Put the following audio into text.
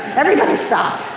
everybody stopped.